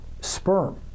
sperm